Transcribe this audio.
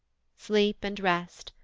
sleep and rest,